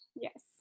Yes